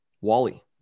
Wally